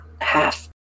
half